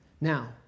Now